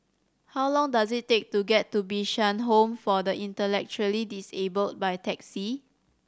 how long does it take to get to Bishan Home for the Intellectually Disabled by taxi